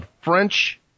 French